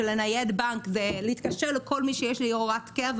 שלנייד חשבון בנק זה להתקשר לכל מי שיש לי הוראת קבע